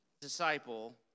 disciple